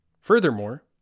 Furthermore